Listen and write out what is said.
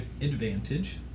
advantage